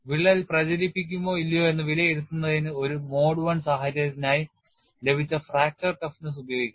വിള്ളൽ പ്രചരിക്കുമോ ഇല്ലയോ എന്ന് വിലയിരുത്തുന്നതിന് ഒരു മോഡ് I സാഹചര്യത്തിനായി ലഭിച്ച ഫ്രാക്ചർ toughness ഉപയോഗിക്കുക